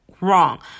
Wrong